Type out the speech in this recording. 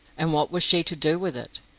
and what was she to do with it?